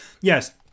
Yes